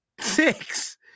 six